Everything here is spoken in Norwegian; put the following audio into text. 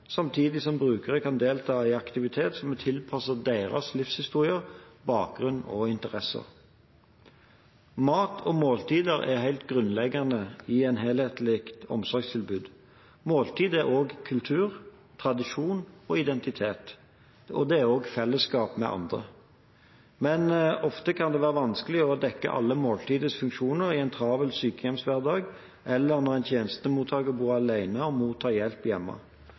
samtidig som brukerne kan delta i aktiviteter som er tilpasset deres livshistorier, bakgrunn og interesser. Mat og måltider er helt grunnleggende i et helhetlig omsorgstilbud. Måltidene er kultur, tradisjon, identitet og fellesskap med andre. Men ofte kan det være vanskelig å dekke alle måltidets funksjoner i en travel sykehjemshverdag eller når en tjenestemottaker bor alene og mottar hjelp hjemme.